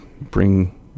bring